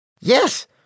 Yes